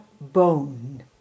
Bone